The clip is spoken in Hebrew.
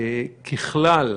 ככלל,